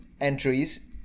entries